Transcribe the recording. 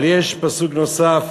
אבל יש פסוק נוסף: